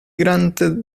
granted